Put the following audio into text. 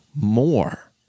more